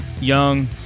young